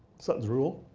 sutton's rule,